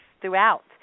throughout